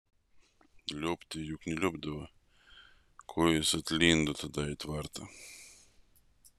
liuobti juk neliuobdavo ko ji atlindo tada į tvartą